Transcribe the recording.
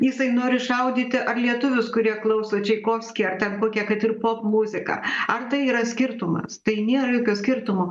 jisai nori šaudyti ar lietuvius kurie klauso čaikovskį ar ten kokią kad ir popmuziką ar tai yra skirtumas tai nėra jokio skirtumo